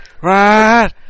Right